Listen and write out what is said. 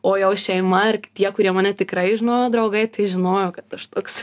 o jau šeima ir tie kurie mane tikrai žinojo draugai tai žinojo kad aš toks